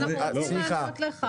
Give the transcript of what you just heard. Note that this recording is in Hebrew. סליחה.